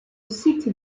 site